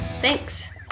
Thanks